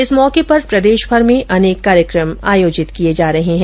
इस मौके पर प्रदेशभर में अनेक कार्यकम आयोजित किये जा रहे है